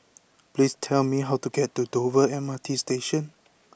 please tell me how to get to Dover M R T Station